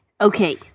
Okay